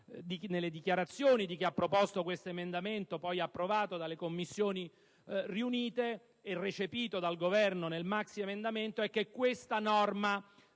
nelle dichiarazioni di chi ha proposto un emendamento approvato dalle Commissioni riunite e recepito dal Governo nel maxiemendamento, è che questa norma